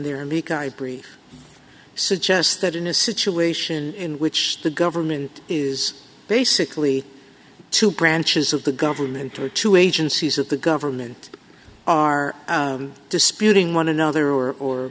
agree suggests that in a situation in which the government is basically two branches of the government or two agencies of the government are disputing one another or